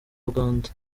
uganda